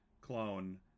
clone